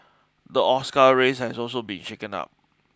the Oscar race has also been shaken up